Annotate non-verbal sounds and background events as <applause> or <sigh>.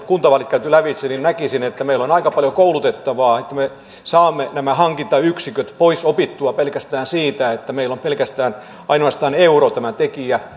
kuntavaalit käyty lävitse näkisin että meillä on aika paljon koulutettavaa että me saamme nämä hankintayksiköt poisoppimaan pelkästään siitä että meillä on ainoastaan euro tämä tekijä <unintelligible>